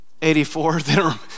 84